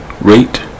rate